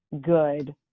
good